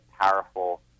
powerful